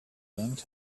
yanked